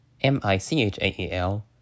M-I-C-H-A-E-L